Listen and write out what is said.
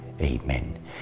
Amen